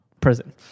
prison